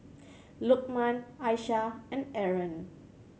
Lokman Aisyah and Aaron